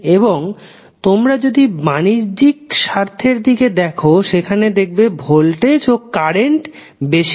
এবং তোমরা যদি বাণিজ্যিক স্বার্থর দিকে দেখো সেখানে দেখবে ভোল্টেজ ও কারেন্ট বেশি